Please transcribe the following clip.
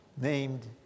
named